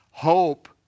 Hope